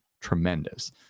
tremendous